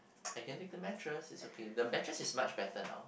I can take the mattress it's okay the mattress is much better now